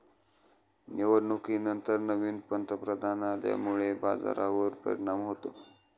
निवडणुकांनंतर नवीन पंतप्रधान आल्यामुळे बाजारावर परिणाम होतो